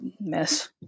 mess